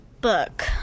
book